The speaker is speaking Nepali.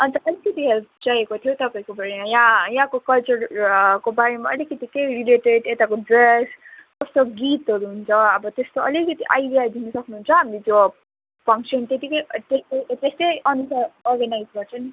अन्त अलिकिति हेल्प चाहिएको थियो तपाईँकोबाट यहाँ यहाँको कल्चरको बारेमा अलिकिति केही रिलेटेड यताको ड्रेस कस्तो गीतहरू हुन्छ अब त्यस्तो अलिकिति आइडिया दिनु सक्नुहुन्छ हामी त्यो फङ्सन त्यतिकै त्यस्तैअनुसार अर्गनाइज गर्छ नि